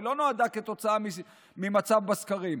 היא לא נולדה כתוצאה ממצב בסקרים,